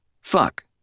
Fuck